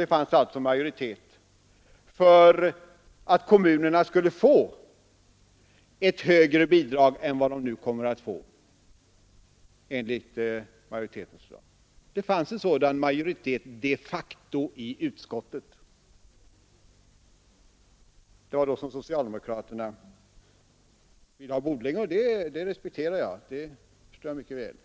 Det fanns alltså majoritet för att kommunerna skulle få ett högre bidrag än vad de kommer att få enligt majoritetens förslag. Det fanns de facto en sådan majoritet i utskottet. Det var då socialdemokraterna ville ha bordläggning — det respekterar jag och förstår mycket väl.